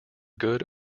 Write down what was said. good